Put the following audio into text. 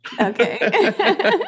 Okay